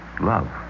love